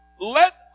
let